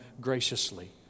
graciously